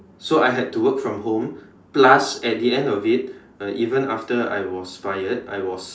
so I had to work from home plus at the end of it uh even after I was fired I was